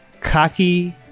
cocky